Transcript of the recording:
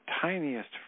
tiniest